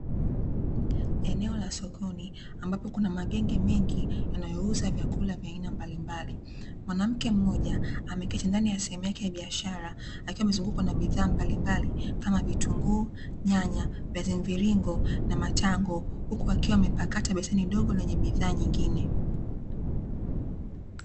Eneo la sokoni ambapo kuna magenge mengi yanayouza vyakula vya aina mbalimbali. Mwanamke mmoja ameketi ndani ya sehemu yake ya biashara akiwa amezungukwa na bidhaa mbalimbali kama: vitunguu, nyanya, viazi mviringo na matango; huku akiwa amepakata beseni dogo lenye bidhaa nyingine.